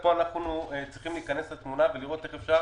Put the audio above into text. כאן אנחנו צריכים להיכנס לתמונה ולראות איך אפשר